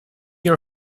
your